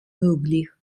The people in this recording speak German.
möglich